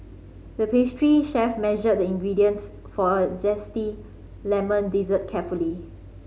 the pastry chef measured the ingredients for a zesty lemon dessert carefully